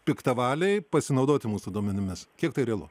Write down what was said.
piktavaliai pasinaudoti mūsų duomenimis kiek tai realu